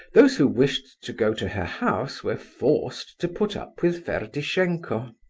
those who wished to go to her house were forced to put up with ferdishenko.